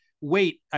wait